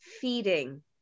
feeding